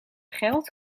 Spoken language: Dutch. geld